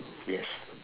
yes